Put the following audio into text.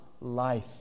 life